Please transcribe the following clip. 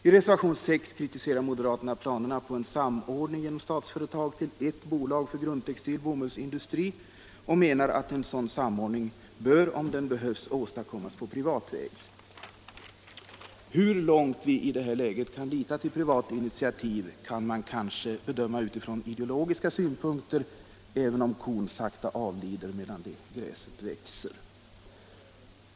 I reservationen 6 kritiserar moderaterna planerna på en samordning genom Statsföretag till ett bolag för grundtextil bomullsindustri och menar att en sådan samordning, om den behövs, bör åstadkommas på privat väg. Hur långt vi i det här läget kan lita till privat initiativ kan man kanske bedöma utifrån ideologiska synpunkter, även om kon sakta avlider medan gräset växer.